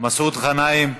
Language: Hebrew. מסעוד גנאים,